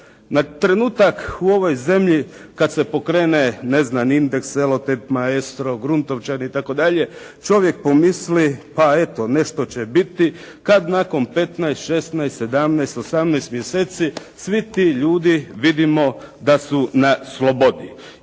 Na trenutak u ovoj zemlji kada se pokrene ne znam "Indeks", "Selotejp", "Maestro", "Grunotovčani" itd. čovjek pomisli, pa eto nešto će biti, kada nakon 15, 16, 17, 18 mjeseci svi ti ljudi vidimo da su na slobodi.